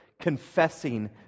Confessing